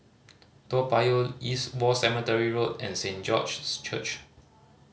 Toa Payoh East War Cemetery Road and Saint George's Church